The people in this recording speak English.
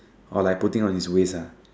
or like putting on his waist ah